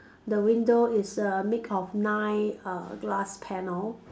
the window is err make of nine uh glass panel